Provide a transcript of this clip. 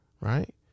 right